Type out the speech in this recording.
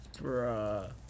Bruh